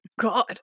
God